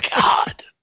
God